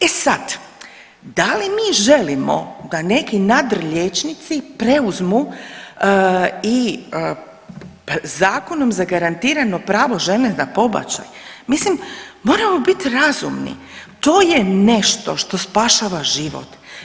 E sad, da li mi želimo da neki nadriliječnici preuzmu i zakonom zagarantirano pravo žene na pobačaj, mislim moramo bit razumni, to je nešto što spašava život.